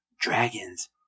Dragon's